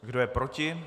Kdo je proti?